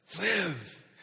live